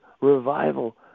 Revival